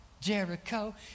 Jericho